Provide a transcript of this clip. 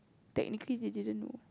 technically they didn't know